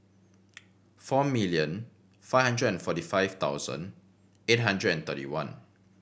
four million five hundred and forty five thousand eight hundred and thirty one